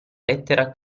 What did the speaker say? lettera